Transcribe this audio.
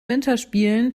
winterspielen